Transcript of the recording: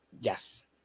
Yes